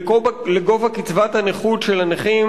של גובה קצבת הנכות של הנכים,